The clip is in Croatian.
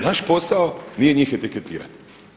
Naš posao nije njih etiketirati.